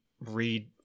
read